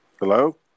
Hello